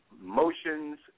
motions